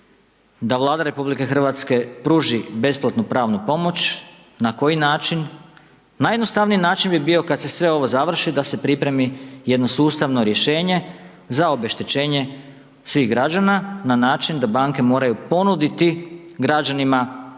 da Vlada RH pruži besplatnu pravnu pomoć. Na koji način? Najjednostavniji način bi bio kad se sve ovo završi da se pripremi jedno sustavno rješenje za obeštećenje svih građana na način da banke moraju ponuditi građanima